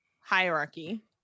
hierarchy